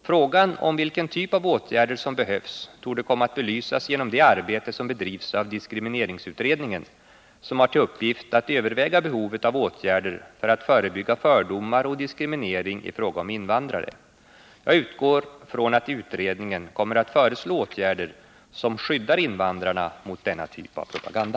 Frågan om vilken typ av åtgärder som behövs torde komma att belysas genom det arbete som bedrivs av diskrimineringsutredningen, som har till uppgift att överväga behovet av åtgärder för att förebygga fördomar och diskriminering i fråga om invandrare. Jag utgår från att utredningen kommer att föreslå åtgärder som skyddar invandrarna mot denna typ av propaganda.